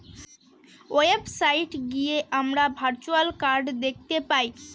website গিয়ে আমরা virtual card দেখতে পাই